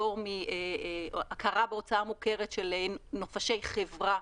הכרה בהוצאה מוכרת של נופשי חברה,